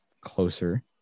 closer